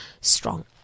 strong